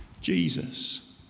Jesus